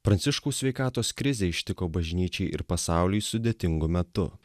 pranciškaus sveikatos krizė ištiko bažnyčiai ir pasauliui sudėtingu metu